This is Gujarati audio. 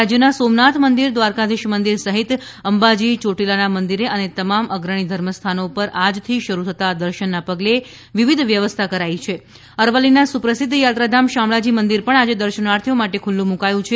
રાજ્યના સોમનાથ મંદિર દ્વારકાધિશ મંદિર સહિત અબાજી ચોટીલાના મંદિરે અને તમામ અગ્રણિ ધર્મ સ્થાનો પર આજથી શરૂ થતા દર્શનના પગલે વિવિધ વ્યવસ્થા કરાઇ છે અરવલ્લીના સુપ્રસિધ્ધ યાત્રાધામ શામળાજી મંદિર આજે દર્શનાર્થીઓ માટે ખૂલ્યું મૂકાયું છે